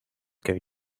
going